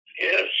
Yes